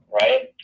right